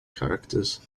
characters